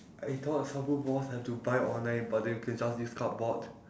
I thought soundproof walls have to buy online but they could just use cardboard